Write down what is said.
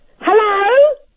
hello